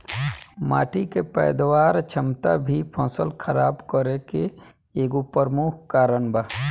माटी के पैदावार क्षमता भी फसल खराब करे के एगो प्रमुख कारन बा